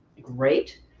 Great